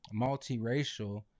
multiracial